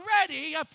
ready